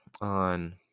on